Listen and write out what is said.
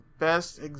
best